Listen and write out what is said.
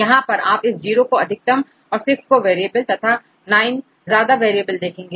यहां पर आप इस जीरो को अधिकतम और 6 को वेरिएबल तथा9 ज्यादा वेरिएबल देखेंगे